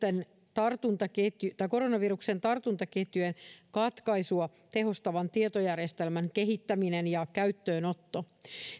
tartuntaketjujen koronaviruksen tartuntaketjujen katkaisua tehostavan tietojärjestelmän kehittäminen ja käyttöönotto